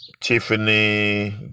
Tiffany